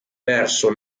verso